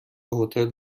هتل